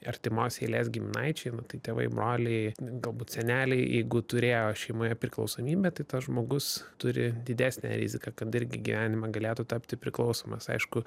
artimos eilės giminaičiai nu tai tėvai broliai galbūt seneliai jeigu turėjo šeimoje priklausomybę tai tas žmogus turi didesnę riziką kad irgi gyvenime galėtų tapti priklausomas aišku